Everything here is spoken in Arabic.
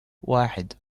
واحد